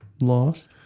lost